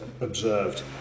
observed